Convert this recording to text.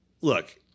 look